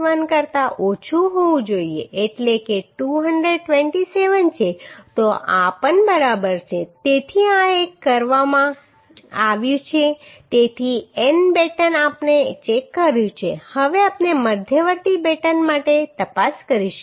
1 કરતા ઓછું હોવું જોઈએ એટલે કે 227 છે તો આ પણ બરાબર છે તેથી આ ચેક કરવામાં આવ્યું છે તેથી એન બેટન આપણે ચેક કર્યું છે હવે આપણે મધ્યવર્તી બેટન માટે તપાસ કરીશું